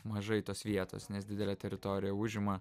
mažai tos vietos nes didelę teritoriją užima